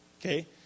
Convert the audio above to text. Okay